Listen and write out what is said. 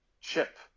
chip